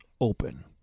open